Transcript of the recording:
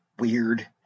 Weird